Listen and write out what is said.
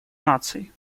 наций